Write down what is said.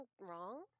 wrong